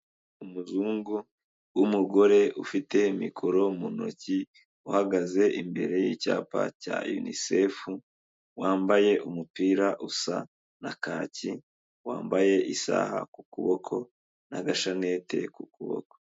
Umuzungu w'umugore ufite mikoro mu ntoki, uhagaze imbere y'icyapa cya yunisefu, wambaye umupira usa na kacyi, wambaye isaha ku kuboko n'agashanete ku kuboko.